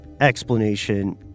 explanation